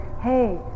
hey